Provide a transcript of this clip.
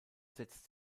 setzt